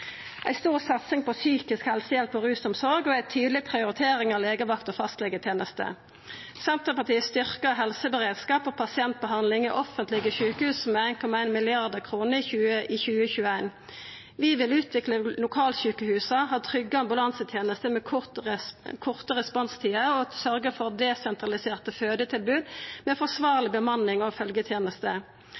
ei stor satsing på psykisk helsehjelp og rusomsorg og ei tydeleg prioritering av legevakt- og fastlegeteneste. Senterpartiet styrkjer helseberedskap og pasientbehandling i offentlege sjukehus med 1,1 mrd. kr i 2021. Vi vil utvikla lokalsjukehusa, ha trygge ambulansetenester med korte responstider og sørgja for desentraliserte fødetilbod med forsvarleg bemanning